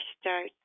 start